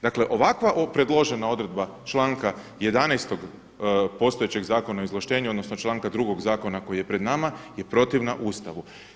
Dakle ovakva predložena odredba članka 11. postojećeg Zakona o izvlaštenju odnosno članka 2. zakona koji je pred nama je protivna Ustavu.